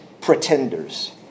pretenders